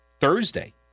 Thursday